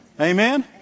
Amen